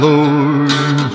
Lord